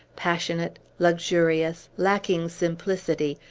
passionate, luxurious, lacking simplicity,